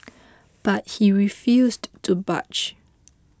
but he refused to budge